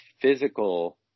physical